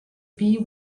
bee